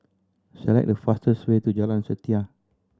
select the fastest way to Jalan Setia